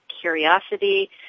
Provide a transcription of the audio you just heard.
curiosity